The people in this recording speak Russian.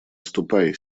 ступай